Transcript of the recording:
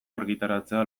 argitaratzea